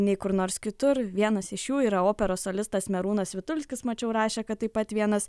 nei kur nors kitur vienas iš jų yra operos solistas merūnas vitulskis mačiau rašė kad taip pat vienas